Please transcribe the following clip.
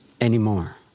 anymore